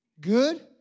good